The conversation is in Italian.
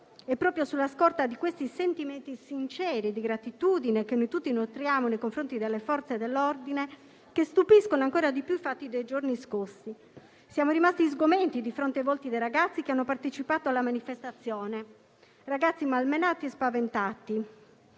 è proprio sulla scorta di questi sentimenti sinceri di gratitudine che noi tutti nutriamo nei confronti delle Forze dell'ordine che stupiscono ancora di più i fatti dei giorni scorsi. Siamo rimasti sgomenti di fronte ai volti dei ragazzi che hanno partecipato alla manifestazione; ragazzi malmenati e spaventati.